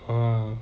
uh